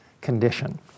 condition